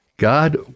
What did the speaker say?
God